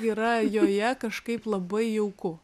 yra joje kažkaip labai jauku